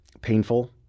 painful